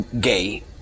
gay